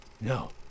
No